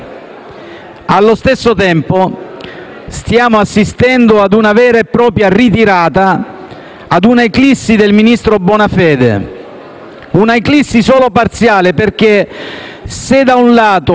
Allo stesso tempo, stiamo assistendo ad una vera e propria ritirata, ad una eclissi del ministro Bonafede; una eclissi solo parziale perché se da un lato